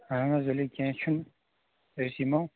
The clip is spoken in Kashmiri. اَہن حظ ؤلِو کیٚنہہ چھُنہٕ أسۍ یِمو